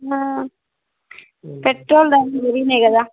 petrol ధరలు పెరిగాయి కదా